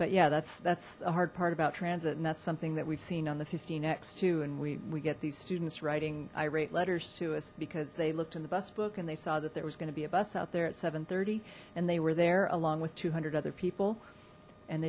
but yeah that's that's a hard part about transit and that's something that we've seen on the x and we we get these students writing irate letters to us because they looked in the bus book and they saw that there was going to be a bus out there at seven thirty and they were there along with two hundred other people and